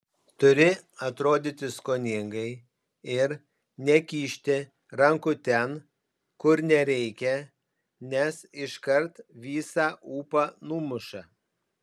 turi atrodyti skoningai ir nekišti rankų ten kur nereikia nes iškart visą ūpą numuša